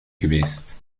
geweest